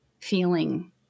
feeling